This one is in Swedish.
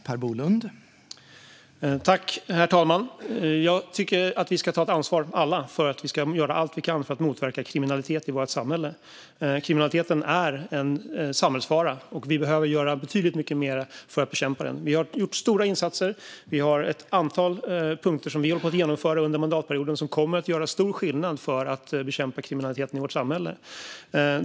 Herr talman! Jag tycker att vi alla ska ta ansvar för att göra allt vi kan för att motverka kriminalitet i vårt samhälle. Kriminaliteten är en samhällsfara, och vi behöver göra betydligt mycket mer för att bekämpa den. Vi har gjort stora insatser. Vi har kunnat genomföra ett antal punkter under mandatperioden, och de kommer att göra stor skillnad för att bekämpa kriminaliteten i vårt samhälle.